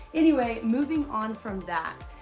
anyway, moving on from that,